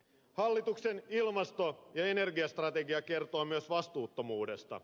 hallituksen ilmasto ja energiastrategia kertoo myös vastuuttomuudesta